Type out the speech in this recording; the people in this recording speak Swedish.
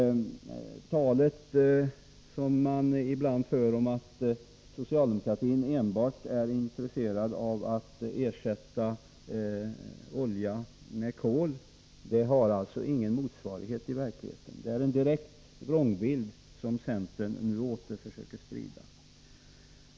Talet som man ibland för om att socialdemokratin enbart är intresserad av att ersätta olja med kol har alltså ingen motsvarighet i verkligheten — det är en direkt vrångbild som centern nu åter försöker sprida.